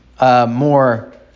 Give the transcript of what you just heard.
more